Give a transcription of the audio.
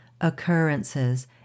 occurrences